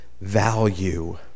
value